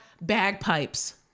bagpipes